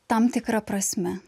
tam tikra prasme